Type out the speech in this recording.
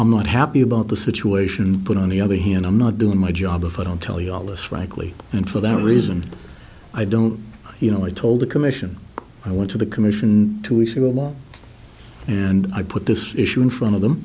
i'm not happy about the situation but on the other hand i'm not doing my job of i don't tell you all this frankly and for that reason i don't you know i told the commission i went to the commission two weeks ago along and i put this issue in front of them